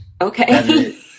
Okay